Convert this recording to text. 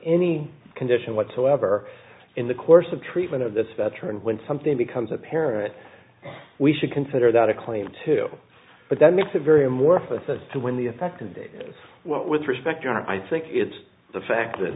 any condition whatsoever in the course of treatment of this veteran when something becomes apparent we should consider that a claim too but that makes it very amorphous as to when the effect is a with respect i think it's the fact that